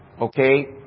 Okay